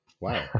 wow